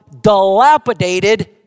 dilapidated